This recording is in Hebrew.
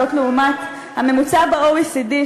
לעומת הממוצע ב-OECD,